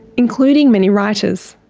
including many writers.